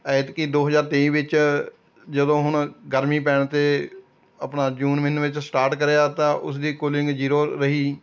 ਐਤਕੀ ਦੋ ਹਜਾਰ ਤੇਈ ਵਿੱਚ ਜਦੋਂ ਹੁਣ ਗਰਮੀ ਪੈਣ 'ਤੇ ਆਪਣਾ ਜੂਨ ਮਹੀਨੇ ਵਿੱਚ ਸਟਾਰਟ ਕਰਿਆ ਤਾਂ ਉਸਦੀ ਕੁਲਿੰਗ ਜ਼ੀਰੋ ਰਹੀ